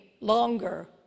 longer